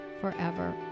forever